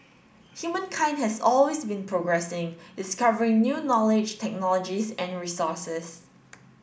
humankind has always been progressing discovering new knowledge technologies and resources